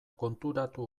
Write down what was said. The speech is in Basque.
konturatu